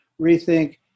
rethink